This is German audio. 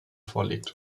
vorlegt